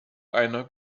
einer